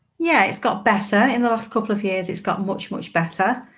yeah, it's got better in the last couple of years. it's gotten much, much better.